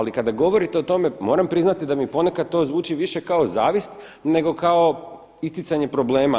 Ali kada govorite o tome moram priznati da mi ponekad to zvuči više kao zavist nego kao isticanje problema.